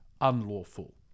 unlawful